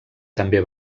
també